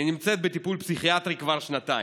אני נמצאת בטיפול פסיכיאטרי כבר שנתיים.